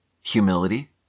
humility